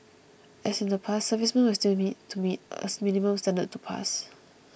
as in the past servicemen will still need to meet a minimum standard to pass